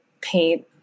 paint